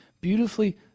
Beautifully